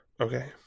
Okay